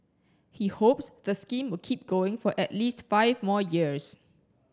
he hopes the scheme will keep going for at least five more years